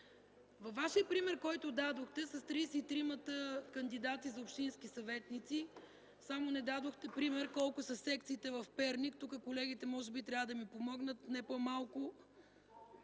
Във Вашия пример, който дадохте с тридесет и тримата кандидати за общински съветници, само не дадохте пример колко са секциите в Перник. Тук колегите, може би трябва да ми помогнат. (Реплики